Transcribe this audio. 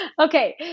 Okay